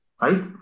right